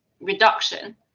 reduction